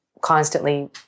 constantly